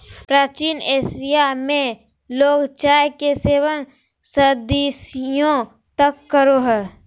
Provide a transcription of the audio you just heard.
प्राचीन एशिया में लोग चाय के सेवन सदियों तक करो हलय